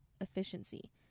efficiency